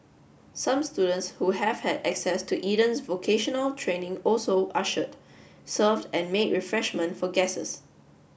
some students who have had access to Eden's vocational training also ushered served and made refreshments for guests